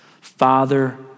Father